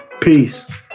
Peace